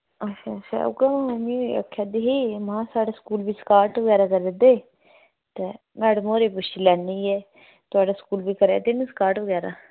अच्छा अच्छा उ'यै में बी आक्खा दी ही में साढ़े स्कूल बी स्कॉट बगैरा करा दे ते मैडम होरें गी पुच्छी लैन्नी आं थुआढ़े स्कूल बी करा दे नी स्कॉट बगैरा